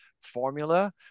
formula